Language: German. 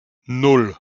nan